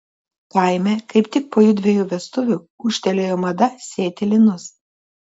kaime kaip tik po jųdviejų vestuvių ūžtelėjo mada sėti linus